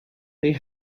they